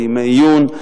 לימי עיון,